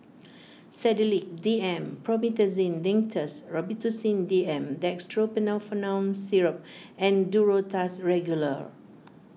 Sedilix D M Promethazine Linctus Robitussin D M Dextromethorphan Syrup and Duro Tuss Regular